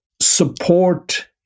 support